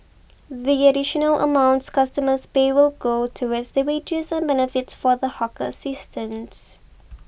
the additional amounts customers pay will go towards the wages and benefits for the hawker assistants